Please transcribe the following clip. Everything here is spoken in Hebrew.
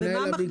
זה לא הוא.